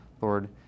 Lord